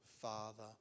Father